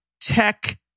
tech